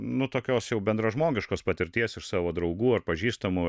nu tokios jau bendražmogiškos patirties ir savo draugų pažįstamų